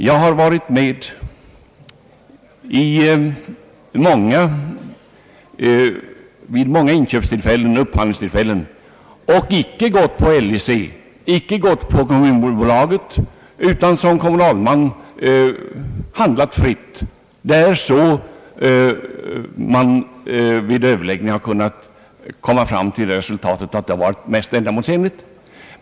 Jag har varit med vid många inköpsoch upphandlingstillfällen och därvid icke gått på anbud från LIC eller från KAB utan som kommunalman handlat fritt, då man vid överläggningar har kommit till det resultatet att det har varit mest ändamålsenligt.